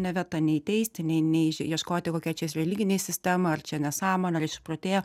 ne vieta nei teisti nei nei ieškoti kokia čia religinė sistema ar čia nesąmonė ar išprotėjo